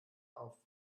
auf